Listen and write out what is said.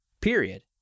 period